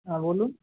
হ্যাঁ বলুন